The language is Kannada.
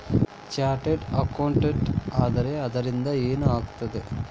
ಚಾರ್ಟರ್ಡ್ ಅಕೌಂಟೆಂಟ್ ಆದ್ರ ಅದರಿಂದಾ ಏನ್ ಆಗ್ತದ?